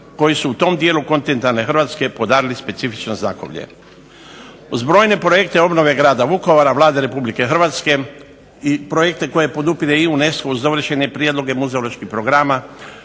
koji su u tom dijelu kontinentalne Hrvatske podarili specifično znakovlje. Uz brojne projekte obnove grada Vukovara, Vlade Republike Hrvatske i projekte koje podupire i UNESCO za određene prijedloge muzeoloških programa,